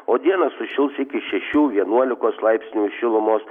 o dieną sušils iki šešių vienuolikos laipsnių šilumos